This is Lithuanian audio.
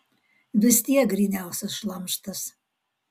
vis tiek gryniausias šlamštas